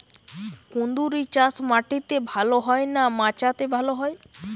কুঁদরি চাষ মাটিতে ভালো হয় না মাচাতে ভালো হয়?